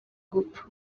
gupfa